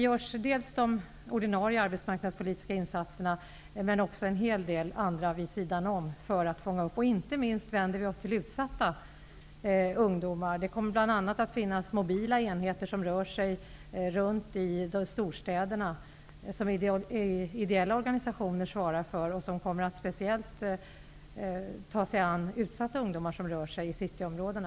Förutom de ordinarie arbetsmarknadspolitiska insatserna görs det alltså även en hel del vid sidan om för att fånga upp inte minst utsatta ungdomar. Det kommer att finnas mobila enheter som rör sig runt i storstäderna och som de ideella organisationerna svarar för. Dessa enheter kommer att speciellt ta sig an utsatta ungdomar som rör sig i cityområdena.